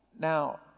Now